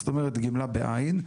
זאת אומרת, גמלה בעין.